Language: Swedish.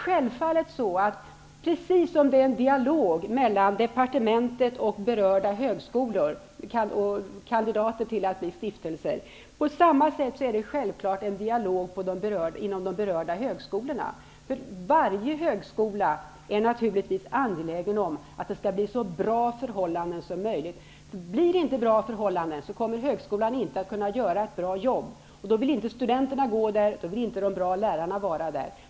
Precis som det förs en dialog mellan departementet och berörda högskolor, kandidater till att bli stiftelser, förs det självfallet en dialog inom de berörda högskolorna. Varje högskola är naturligtvis angelägen om att förhållandena där skall bli så bra som möjligt. Blir förhållandena inte bra, kommer högskolan inte att kunna göra ett bra jobb. Då vill inte studenterna gå där, och då vill inte de bra lärarna arbeta där.